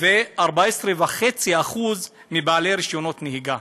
ו-14.5% מבעלי רישיונות הנהיגה,